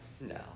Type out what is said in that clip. No